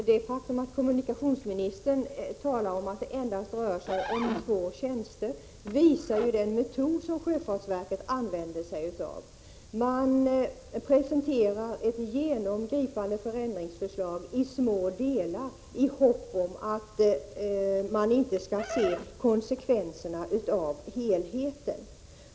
Herr talman! Att kommunikationsministern säger att det rör sig om endast två tjänster visar på den metod sjöfartsverket använder: man presenterar ett gemomgripande förändringsförslag i små delar i hopp om att folk inte skall se konsekvenserna av helheten.